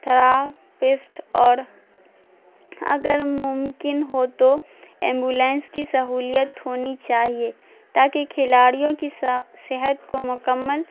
therapist اور اگر ممکن ہو تو ایمبولینس کی سہولت ہونی چاہیے تاکہ کھلاڑیوں کیا صحت کو مکمل